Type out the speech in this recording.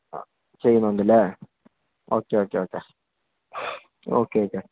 ആ ചെയ്യുന്നുണ്ടല്ലേ okay okay okay okay okay